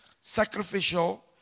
sacrificial